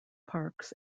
parks